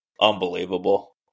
unbelievable